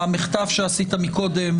המחטף שעשית מקודם,